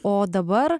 o dabar